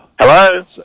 Hello